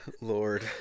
Lord